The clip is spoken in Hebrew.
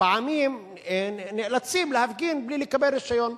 לפעמים נאלצים להפגין בלי לקבל רשיון.